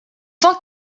tant